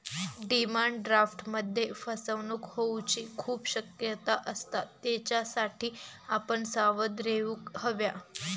demand ड्राफ्टमध्ये फसवणूक होऊची खूप शक्यता असता, त्येच्यासाठी आपण सावध रेव्हूक हव्या